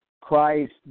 Christ